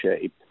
shape